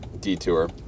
detour